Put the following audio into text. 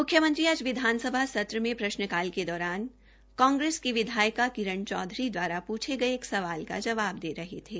म्ख्यमंत्री आज विधानसभा सत्र में प्रश्नकाल के दौरान कांग्रेस की विधायिका किरण चौधरी द्वारा पूछे गय एक सवाल के जवाब दे रहे थे